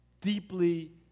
deeply